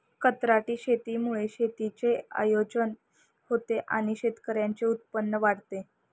कंत्राटी शेतीमुळे शेतीचे आयोजन होते आणि शेतकऱ्यांचे उत्पन्न वाढते